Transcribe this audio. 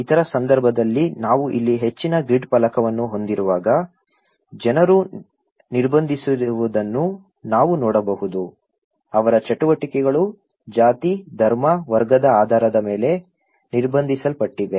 ಇತರ ಸಂದರ್ಭದಲ್ಲಿ ನಾವು ಇಲ್ಲಿ ಹೆಚ್ಚಿನ ಗ್ರಿಡ್ ಫಲಕವನ್ನು ಹೊಂದಿರುವಾಗ ಜನರು ನಿರ್ಬಂಧಿಸಿರುವುದನ್ನು ನಾವು ನೋಡಬಹುದು ಅವರ ಚಟುವಟಿಕೆಗಳು ಜಾತಿ ಧರ್ಮ ವರ್ಗದ ಆಧಾರದ ಮೇಲೆ ನಿರ್ಬಂಧಿಸಲ್ಪಟ್ಟಿವೆ